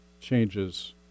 changes